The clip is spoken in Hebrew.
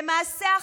ולמעשה,